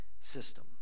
system